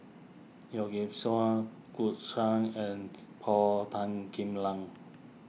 Yeoh Ghim Seng Gu Juan and Paul Tan Kim Liang